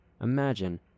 Imagine